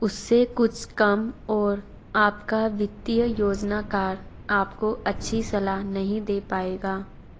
उससे कुछ कम और आपका वित्तीय योजनाकार आपको अच्छी सलाह नहीं दे पाएगा